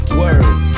word